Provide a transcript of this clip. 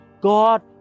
God